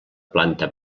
planta